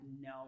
no